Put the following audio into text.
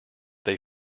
they